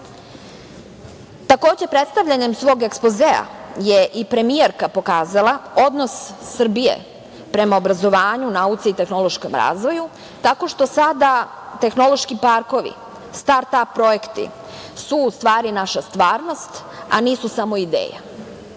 decu. Takođe, predstavljanjem svog ekspozea je i premijerka pokazala odnos Srbije prema obrazovanju, nauci i tehnološkom razvoju, tako što sada tehnološki parkovi, start-ap projekti su u stvari naša stvarnost, a nisu samo